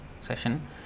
session